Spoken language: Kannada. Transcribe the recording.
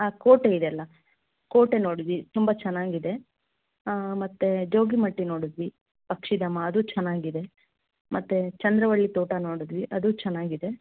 ಆ ಕೋಟೆ ಇದೆಯಲ್ಲ ಕೋಟೆ ನೋಡಿದಿ ತುಂಬ ಚೆನ್ನಾಗಿದೆ ಮತ್ತು ಜೋಗಿಮಟ್ಟಿ ನೋಡಿದ್ವಿ ಪಕ್ಷಿಧಾಮ ಅದು ಚೆನ್ನಾಗಿದೆ ಮತ್ತು ಚಂದ್ರವಳ್ಳಿ ತೋಟ ನೋಡಿದ್ವಿ ಅದೂ ಚೆನ್ನಾಗಿದೆ